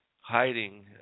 hiding